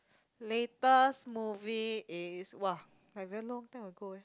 latest movie is !wah! like very long time ago eh